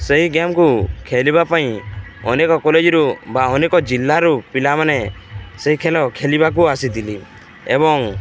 ସେହି ଗେମ୍କୁ ଖେଳିବା ପାଇଁ ଅନେକ କଲେଜରୁ ବା ଅନେକ ଜିଲ୍ଲାରୁ ପିଲାମାନେ ସେହି ଖେଳ ଖେଳିବାକୁ ଆସିଥିଲେ ଏବଂ